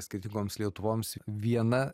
skirtingoms lietuvoms viena